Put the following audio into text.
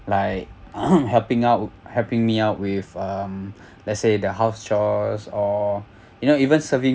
like helping out helping me out with um let's say the house chores or you know even serving